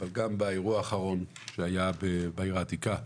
אבל גם באירוע האחרון שהיה בעיר העתיקה.